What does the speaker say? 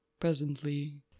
Presently